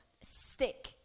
stick